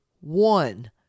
one